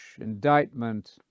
indictment